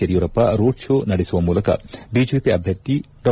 Yediyurappa road ಕೋ ನಡೆಸುವ ಮೂಲಕ ಬಿಜೆಪಿ ಅಭ್ಯರ್ಥಿ ಡಾ